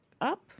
up